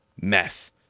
mess